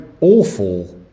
awful